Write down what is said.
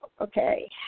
Okay